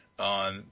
On